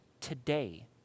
today